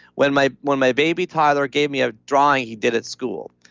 when my when my baby tyler gave me a drawing he did at school.